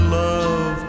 love